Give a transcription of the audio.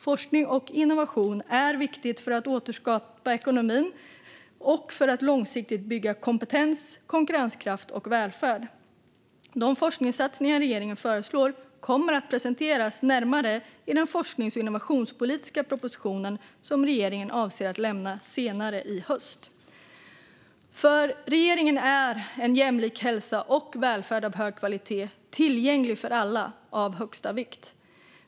Forskning och innovation är viktigt för att återstarta ekonomin och för att långsiktigt bygga kompetens, konkurrenskraft och välfärd. De forskningssatsningar regeringen föreslår kommer att presenteras närmare i den forsknings och innovationspolitiska propositionen, som regeringen avser att lämna senare i höst. För regeringen är en jämlik hälsa och en välfärd av hög kvalitet, tillgänglig för alla, av största vikt.